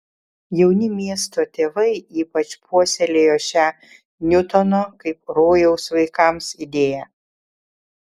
jauni miesto tėvai ypač puoselėjo šią niutono kaip rojaus vaikams idėją